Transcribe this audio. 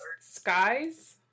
Skies